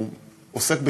הוא עוסק,